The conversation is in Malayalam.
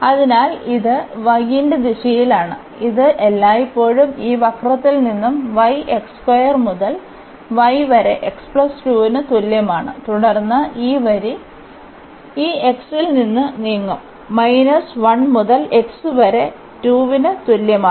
അതിനാൽ ഇത് y ന്റെ ദിശയിലാണ് ഇത് എല്ലായ്പ്പോഴും ഈ വക്രത്തിൽ നിന്ന് y മുതൽ y വരെ x 2 ന് തുല്യമാണ് തുടർന്ന് ഈ വരി ഈ x ൽ നിന്ന് നീങ്ങും 1 മുതൽ x വരെ 2 ന് തുല്യമാണ്